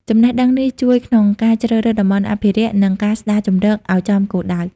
ចំណេះដឹងនេះជួយក្នុងការជ្រើសរើសតំបន់អភិរក្ស និងការស្តារជម្រកឲ្យចំគោលដៅ។